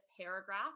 paragraph